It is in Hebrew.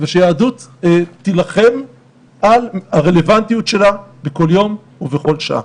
שהיהדות תילחם על הרלוונטיות שלה בכל יום ובכל שעה.